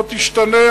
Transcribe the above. לא תשתנה,